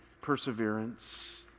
perseverance